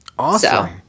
Awesome